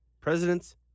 Presidents